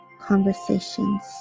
conversations